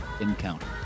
Encounter